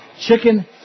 Chicken